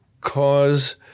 cause